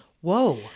whoa